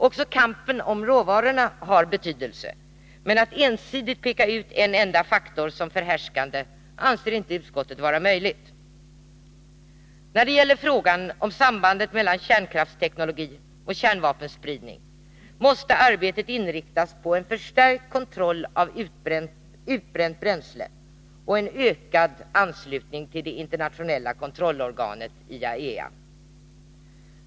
Också kampen om råvarorna har betydelse, men att ensidigt plocka ut en enda faktor som förhärskande anser inte utskottet vara möjligt. När det gäller frågan om sambandet mellan kärnkraftsteknologi och kärnvapenspridning måste arbetet inriktas på en förstärkt kontroll av utbränt bränsle och en ökad anslutning till det internationella kontrollorganet IAEA.